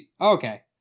okay